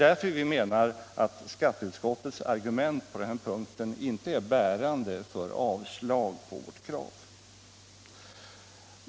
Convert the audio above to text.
Därför menar vi att skatteutskottets argumentation på denna punkt inte är bärande för avslag på vårt krav.